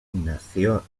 nació